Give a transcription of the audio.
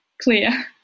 clear